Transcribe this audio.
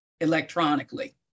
electronically